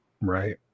Right